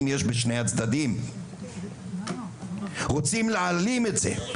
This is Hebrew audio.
יש בשני הצדדים רוצים להעלים את זה,